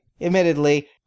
admittedly